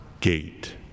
gate